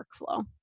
workflow